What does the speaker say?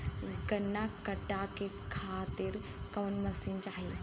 गन्ना कांटेके खातीर कवन मशीन चाही?